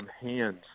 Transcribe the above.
hands